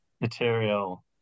material